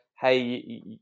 hey